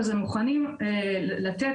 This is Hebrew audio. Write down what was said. הם מוכנים לתת,